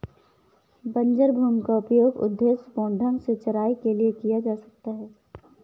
बंजर भूमि का उपयोग उद्देश्यपूर्ण ढंग से चराई के लिए किया जा सकता है